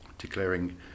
declaring